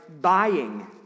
buying